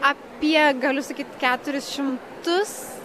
apie galiu sakyt keturis šimtus